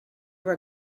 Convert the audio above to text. were